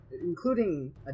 including